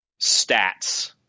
stats